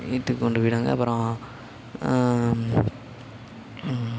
வீட்டுக்கு கொண்டு போயிடுவாங்க அப்பறோம்